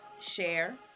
share